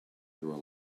through